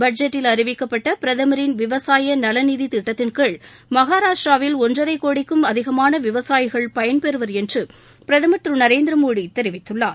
பட்ஜெட்டில் அறிவிக்கப்பட்ட பிரதமரின் விவசாய நலநிதி திட்டத்தின்கீழ் மகாராஷ்டிராவில் ஒன்றரை கோடிக்கும் அதிகமான விவசாயிகள் பயன்பெறுவர் என்று பிரதமர் திரு நரேந்திரமோடி தெரிவித்துள்ளார்